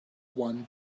one